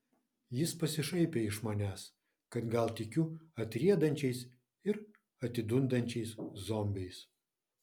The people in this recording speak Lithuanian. jis pasišaipė iš manęs kad gal tikiu atriedančiais ir atidundančiais zombiais